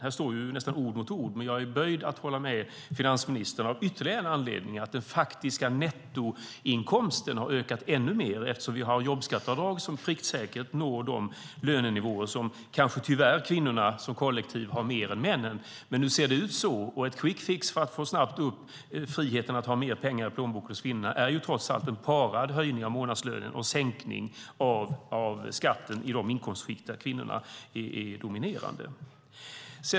Här står nästan ord mot ord, men jag är böjd att hålla med finansministern av ytterligare en anledning: Den faktiska nettoinkomsten har ökat ännu mer eftersom vi har jobbskatteavdrag som pricksäkert når de lönenivåer som kanske tyvärr kvinnorna som kollektiv har mer än männen. Nu ser det ut så, och en quick fix för att snabbt få upp friheten i att ha mer pengar i plånboken som kvinna är trots allt en höjning av månadslönen parad med en sänkning av skatten i de inkomstskikt där kvinnorna är dominerande.